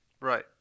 Right